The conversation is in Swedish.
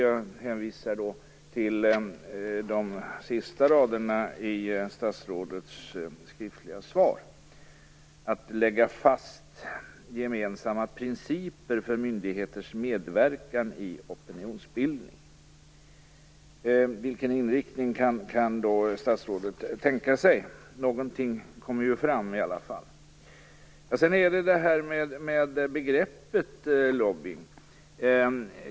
Jag hänvisar här till de sista raderna i statsrådets skriftliga svar, "att lägga fast gemensamma principer för myndigheters medverkan i opinionsbildningen". Vilken inriktning kan statsrådet tänka sig? Någonting kommer ju fram i alla fall.